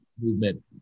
movement